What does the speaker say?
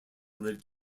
lived